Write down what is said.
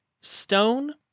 Stone